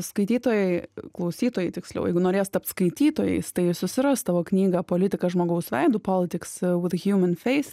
skaitytojai klausytojai tiksliau jeigu norės tapti skaitytojais tai susiras tavo knygą politiką žmogaus veidu politics with human face